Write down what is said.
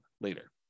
later